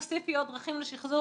תוסיפי עוד דרכים לשחזור.